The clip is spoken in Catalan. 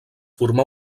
formà